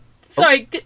Sorry